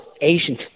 Asian's